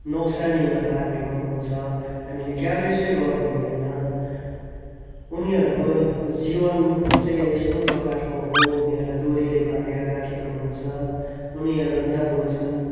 नोक्सानीमा पार्ने हुन्छ हामीले केयर्लेस चाहिँ गर्नु हुँदैन उनीहरूको जीवन चाहिँ यस्तो प्रकारको हो उनीहरूलाई दोरीले बाँधेर राखेको हुन्छ उनीहरू न बोल्छन्